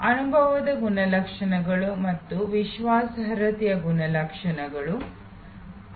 ಅನುಭವದ ಗುಣಲಕ್ಷಣಗಳು ಮತ್ತು ವಿಶ್ವಾಸಾರ್ಹತೆಯ ಗುಣಲಕ್ಷಣಗಳು